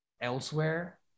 elsewhere